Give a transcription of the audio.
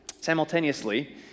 simultaneously